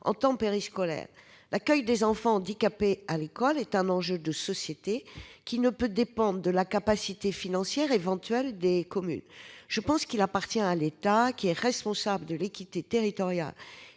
en temps périscolaires. L'accueil des enfants handicapés à l'école est un enjeu de société, qui ne peut dépendre de la capacité financière éventuelle des communes. Selon moi, il appartient à l'État, responsable de l'équité territoriale